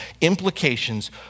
implications